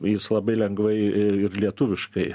jis labai lengvai ir lietuviškai